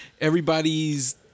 Everybody's